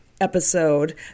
episode